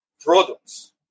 products